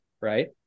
right